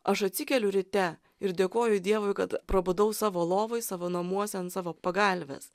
aš atsikeliu ryte ir dėkoju dievui kad prabudau savo lovoj savo namuose ant savo pagalvės